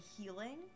healing